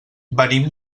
venim